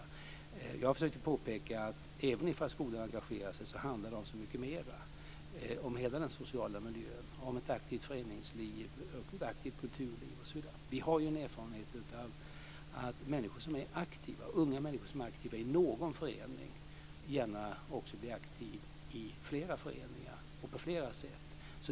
Jag har försökt att påpeka att även om skolan engagerar sig handlar det om som så mycket mer. Det handlar om hela den sociala miljön, ett aktivt föreningsliv, ett aktivt kulturliv, osv. Vi har en erfarenhet av att unga människor som är aktiva i någon förening gärna också blir aktiva i flera föreningar och på flera sätt.